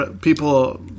people